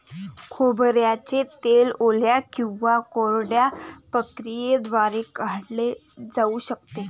खोबऱ्याचे तेल ओल्या किंवा कोरड्या प्रक्रियेद्वारे काढले जाऊ शकते